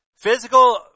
Physical